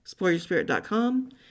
exploreyourspirit.com